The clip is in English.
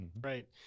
Right